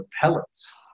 pellets